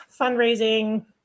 fundraising